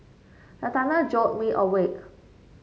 the thunder jolt me awake